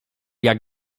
jak